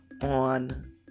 on